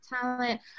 talent